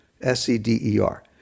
S-E-D-E-R